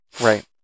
Right